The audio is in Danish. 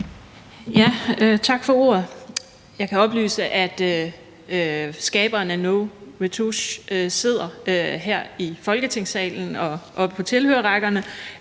Tak for ordet. Jeg kan oplyse, at skaberne af No retouch sidder her i Folketingssalen oppe på tilhørerrækkerne,